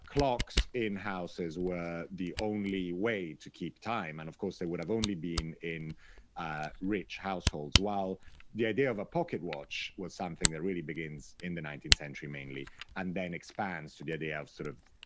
clocks in houses were the only way to keep time, and, of course, they would have only been in rich households, while the idea of a pocket watch was something that really begins in the nineteenth century mainly and then expands to the idea of, sort of